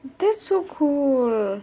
that's so cool